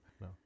No